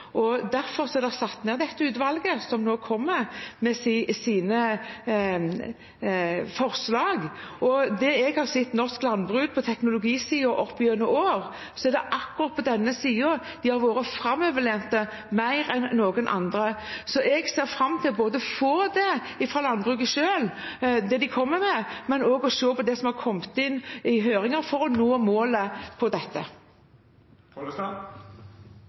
klima. Derfor er dette utvalget satt ned, som nå kommer med sine forslag. Det jeg har sett i norsk landbruk på teknologisiden opp gjennom årene, er at det er akkurat på denne siden vi har vært mer framoverlente enn noen andre. Jeg ser fram til å få det fra landbruket selv, det de kommer med, men også å se på det som har kommet inn i høringer, for å nå målet for dette.